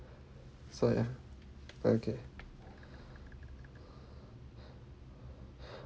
so ya okay